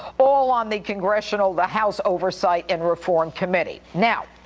all on the congressional, the house oversight and reform committee. now,